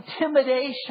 intimidation